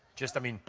just, i mean,